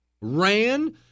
ran